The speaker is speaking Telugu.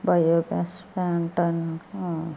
బయో గ్యాస్ ప్లాంట్ అంటే